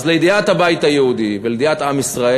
אז לידיעת הבית היהודי ולידיעת עם ישראל,